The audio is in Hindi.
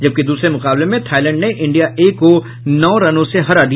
जबकि दूसरे मुकाबले में थाईलैंड ने इंडिया ए को नौ रनों से हरा दिया